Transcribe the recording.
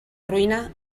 ruïna